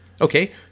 Okay